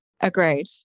Agreed